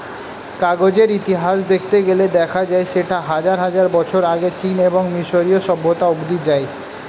কাগজের ইতিহাস দেখতে গেলে দেখা যায় সেটা হাজার হাজার বছর আগে চীন এবং মিশরীয় সভ্যতা অবধি যায়